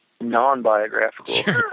non-biographical